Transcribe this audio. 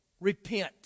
Repent